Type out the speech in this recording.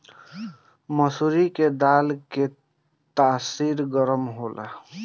मसूरी के दाल के तासीर गरम होला